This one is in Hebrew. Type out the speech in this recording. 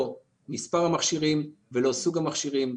לא על מספר המכשירים ולא על סוג המכשירים.